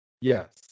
Yes